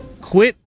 Quit